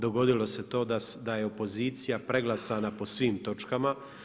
Dogodilo se to da je opozicija preglasan po svim točkama.